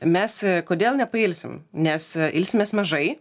mes kodėl nepailsim nes ilsimės mažai